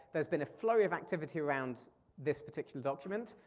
there's been a flurry of activity around this particular document.